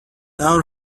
our